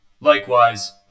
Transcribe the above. Likewise